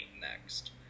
next